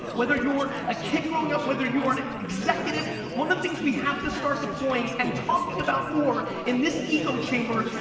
whether you're a kid growing up, whether you're an executive, one of the things we have to start deploying and talking about more, in this echo chamber,